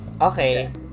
Okay